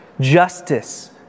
Justice